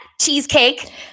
cheesecake